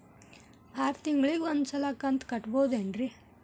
ಆರ ತಿಂಗಳಿಗ ಒಂದ್ ಸಲ ಕಂತ ಕಟ್ಟಬಹುದೇನ್ರಿ?